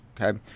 Okay